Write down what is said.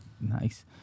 Nice